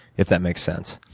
if that makes sense.